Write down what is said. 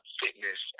fitness